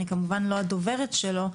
אני כמובן לא הדוברת שלו,